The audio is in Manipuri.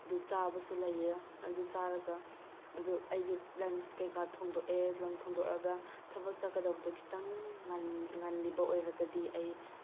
ꯑꯗꯨ ꯆꯥꯕꯁꯨ ꯂꯩꯑꯦ ꯑꯗꯨ ꯆꯥꯔꯒ ꯑꯗꯨ ꯑꯩꯒꯤ ꯂꯟꯁ ꯀꯩꯀꯥ ꯊꯣꯡꯗꯣꯛꯑꯦ ꯊꯣꯡꯗꯣꯛꯑꯒ ꯊꯕꯛ ꯆꯠꯀꯗꯕꯗꯣ ꯈꯤꯇꯪ ꯉꯜꯂꯤꯕ ꯑꯣꯏꯔꯒꯗꯤ ꯑꯩ